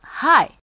Hi